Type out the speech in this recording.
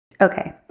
Okay